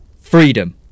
Freedom